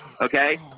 Okay